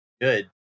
good